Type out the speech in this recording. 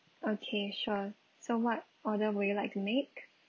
okay sure so what order would you like to make